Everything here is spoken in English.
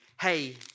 hey